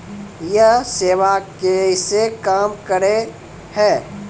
यह सेवा कैसे काम करै है?